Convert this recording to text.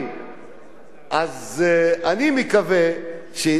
אני מקווה שאם זה בשביל כולם,